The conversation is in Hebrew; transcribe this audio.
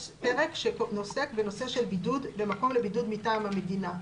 יש פרק שעוסק בנושא של מקום לבידוד מטעם המדינה.